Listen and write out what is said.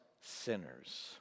sinners